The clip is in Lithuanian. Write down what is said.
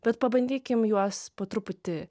bet pabandykim juos po truputį